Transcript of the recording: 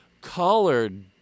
colored